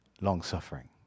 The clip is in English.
long-suffering